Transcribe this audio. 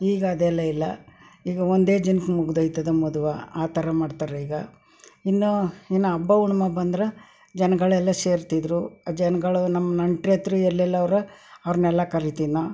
ಈಗ ಅದೆಲ್ಲ ಇಲ್ಲ ಈಗ ಒಂದೇ ದಿನಕ್ಕೆ ಮುಗಿದೋಯ್ತದ ಮದ್ವೆ ಆ ಥರ ಮಾಡ್ತಾರ ಈಗ ಇನ್ನೂ ಇನ್ನೂ ಹಬ್ಬ ಹುಣ್ಮೆ ಬಂದ್ರೆ ಜನಗಳೆಲ್ಲ ಸೇರುತ್ತಿದ್ರು ಜನಗಳೆ ನಮ್ಮ ನೆಂಟ್ರಂತೂ ಎಲ್ಲೆಲ್ಲವ್ರೋ ಅವ್ರನ್ನೆಲ್ಲ ಕರಿತೀವಿ ನಾವು